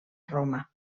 roma